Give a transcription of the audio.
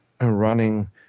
running